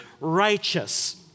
righteous